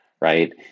right